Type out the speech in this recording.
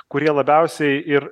kurie labiausiai ir